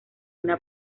una